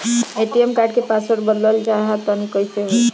ATM card क password बदलल चाहा तानि कइसे होई?